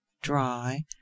dry